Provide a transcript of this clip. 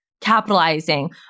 capitalizing